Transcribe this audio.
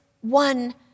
one